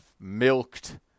milked